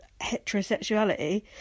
heterosexuality